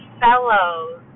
fellows